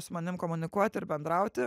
su manim komunikuoti ir bendrauti